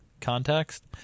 context